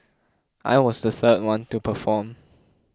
I was the third one to perform